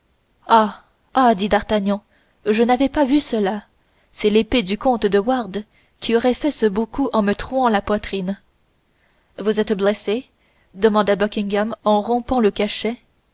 dit d'artagnan je n'avais pas vu cela c'est l'épée du comte de wardes qui aura fait ce beau coup en me trouant la poitrine vous êtes blessé demanda buckingham en rompant le cachet